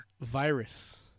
Virus